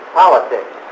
politics